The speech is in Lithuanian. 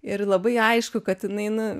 ir labai aišku kad jinai nu